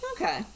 Okay